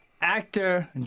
Actor